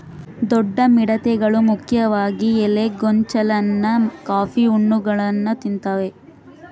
ದೊಡ್ಡ ಮಿಡತೆಗಳು ಮುಖ್ಯವಾಗಿ ಎಲೆ ಗೊಂಚಲನ್ನ ಕಾಫಿ ಹಣ್ಣುಗಳನ್ನ ತಿಂತಾವೆ